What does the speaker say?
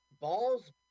Ball's